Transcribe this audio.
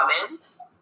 comments